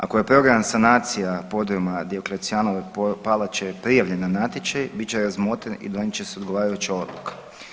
Ako je program sanacija podruma Dioklecijanove palače prijavljen na natječaj bit će razmotren i donijet će se odgovarajuća odluka.